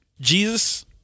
Jesus